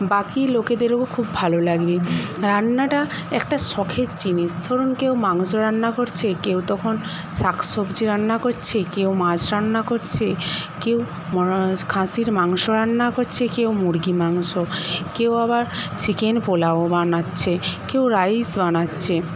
বাকি লোকেদেরও খুব ভালো লাগবে রান্নাটা একটা শখের জিনিস ধরুন কেউ মাংস রান্না করছে কেউ তখন শাক সবজি রান্না করছে কেউ মাছ রান্না করছে কেউ খাসির মাংস রান্না করছে কেউ মুরগির মাংস কেউ আবার চিকেন পোলাও বানাচ্ছে কেউ রাইস বানাচ্ছে